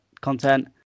content